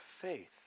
faith